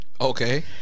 Okay